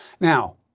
Now